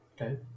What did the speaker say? Okay